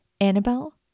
Annabelle